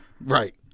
right